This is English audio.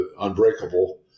Unbreakable